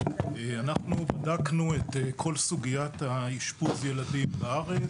אנחנו בדקנו את כל סוגיית אשפוז הילדים בארץ,